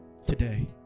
today